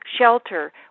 shelter